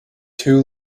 two